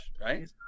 right